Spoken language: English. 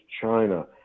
China